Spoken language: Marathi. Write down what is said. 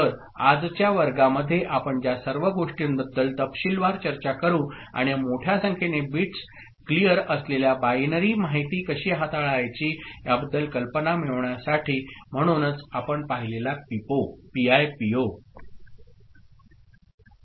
तर आजच्या वर्गामध्ये आपण ज्या सर्व गोष्टींबद्दल तपशीलवार चर्चा करू आणि मोठ्या संख्येने बिट्स क्लीअर असलेल्या बाइनरी माहिती कशी हाताळायची याबद्दल कल्पना मिळविण्यासाठी म्हणूनच आपण पाहिलेला PIPO